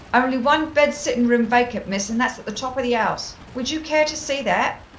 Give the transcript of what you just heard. only one bed-sittin'-room vacant, miss, and that's at the top of the ouse. would you care to see that?